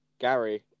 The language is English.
Gary